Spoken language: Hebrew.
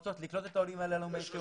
רוצות לקלוט את העולים האלה מאתיופיה.